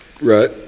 Right